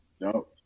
No